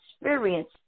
experience